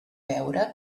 veure